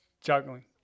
juggling